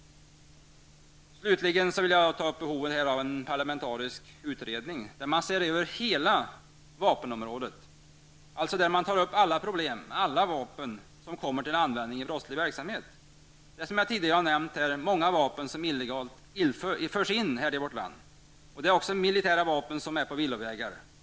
Slutligen vill jag ta upp frågan om behovet av en parlamentarisk utredning, där man ser över hela vapenområdet, alltså alla problem med alla vapen som kommer till användning i brottslig verksamhet. Som jag tidigare nämnde förs många vapen illegalt in i vårt land. Också militära vapen är på villovägar.